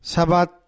Sabat